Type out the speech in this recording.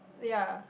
ya